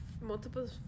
Multiple